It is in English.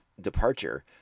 departure